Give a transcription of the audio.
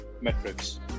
metrics